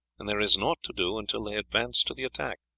and there is naught to do until they advance to the attack.